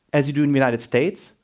as you do in the united states.